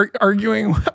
Arguing